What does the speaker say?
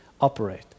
operate